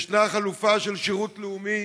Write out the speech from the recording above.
ישנה חלופה של שירות לאומי